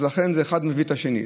לכן אחד מביא את השני.